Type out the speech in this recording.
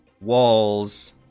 walls